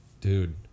Dude